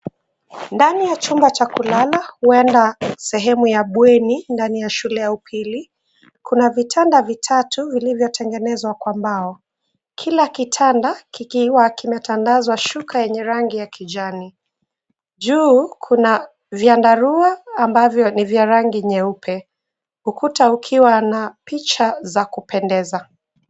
Ndani ya chumba cha kulala huenda sehemu ya bweni, ndani ya shule ya upili, kuna vitanda vitatu vilivyotengenezwa kwa mbao. Kila kitanda kikiwa kimetandazwa shuka yenye rangi ya kijani. Juu kuna vyandarua ambavyo ni vya rangi nyeupe. Ukuta ukiwa na picha za kupendeza.